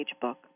book